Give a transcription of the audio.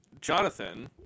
Jonathan